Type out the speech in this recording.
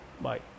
bye